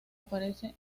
aparece